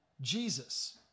Jesus